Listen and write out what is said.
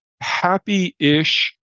happy-ish